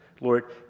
Lord